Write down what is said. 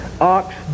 ox